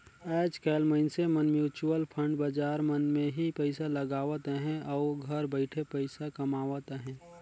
आएज काएल मइनसे मन म्युचुअल फंड बजार मन में ही पइसा लगावत अहें अउ घर बइठे पइसा कमावत अहें